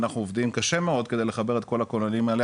ואנחנו עובדים קשה מאוד כדי לחבר את כל הכוננים האלה,